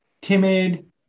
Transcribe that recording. timid